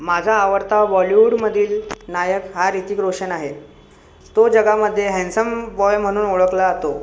माझा आवडता बॉलिवूडमधील नायक हा ऋतिक रोशन आहे तो जगामध्ये हँडसम बॉय म्हणून ओळखला जातो